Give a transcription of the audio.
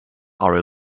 are